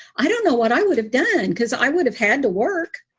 i don't know what i would have done because i would have had to work.